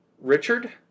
Richard